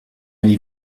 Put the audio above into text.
allez